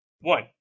One